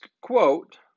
quote